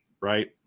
Right